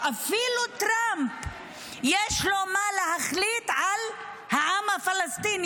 אפילו לטראמפ יש מה להחליט על העם הפלסטיני.